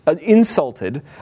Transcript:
insulted